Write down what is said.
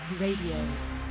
Radio